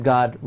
God